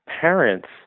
parents